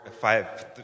five